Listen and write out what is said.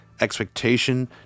expectation